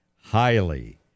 highly